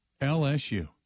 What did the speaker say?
LSU